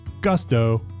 gusto